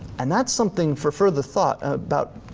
and that's something for further thought about